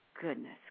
goodness